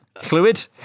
Fluid